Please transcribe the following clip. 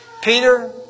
Peter